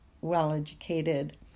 well-educated